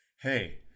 hey